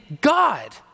God